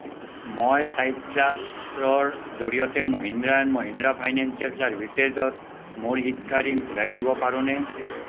মই চাইট্ৰাছৰ জৰিয়তে মহিন্দ্ৰা এণ্ড মহিন্দ্ৰা ফাইনেন্সিয়েল চাৰ্ভিচেছত মোৰ শিক্ষা ঋণ ঘূৰাই দিব পাৰোঁনে